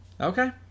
Okay